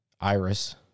IRIS